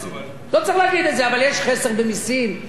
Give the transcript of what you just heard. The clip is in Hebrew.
אבל יש חסר במסים, יש חסר בהכנסות.